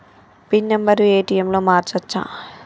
Pin number ATM లో మార్చచ్చా?